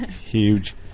Huge